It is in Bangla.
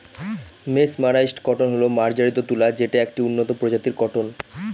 মেসমারাইসড কটন হল মার্জারিত তুলা যেটা একটি উন্নত প্রজাতির কটন